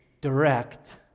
direct